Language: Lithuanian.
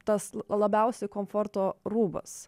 tas labiausiai komforto rūbas